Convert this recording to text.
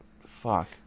Fuck